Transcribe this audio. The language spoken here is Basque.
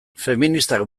feministak